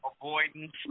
avoidance